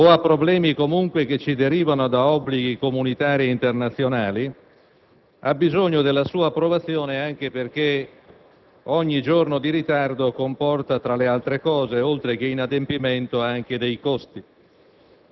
a problemi che ci derivano da obblighi comunitari internazionali, ha bisogno della sua approvazione, anche perché ogni giorno di ritardo comporta, tra l'altro, oltre che inadempimenti, anche dei costi.